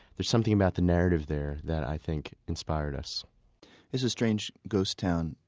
there's something about the narrative there that i think inspired us it's a strange ghost town,